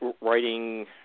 writing